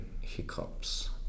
hiccups